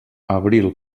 abril